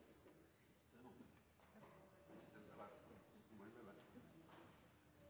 dele. Jeg har vært i kontakt med